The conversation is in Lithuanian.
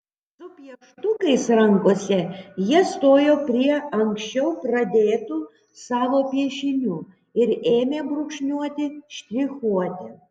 su pieštukais rankose jie stojo prie anksčiau pradėtų savo piešinių ir ėmė brūkšniuoti štrichuoti